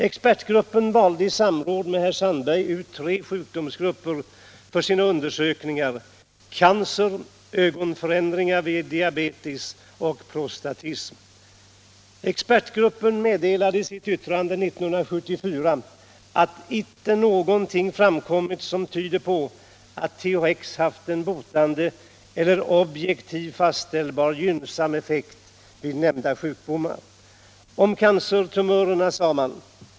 Expertgruppen valde i samråd med herr Sandberg ut tre sjukdomsgrupper för sina undersökningar — cancer, ögonförändringar vid diabetes och prostatism. Expertgruppen meddelade i sitt yttrande 1974 att inte något framkommit som tyder på att THX haft en botande eller objektivt fastställbar gynnsam effekt vid nämnda sjukdomar.